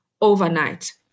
overnight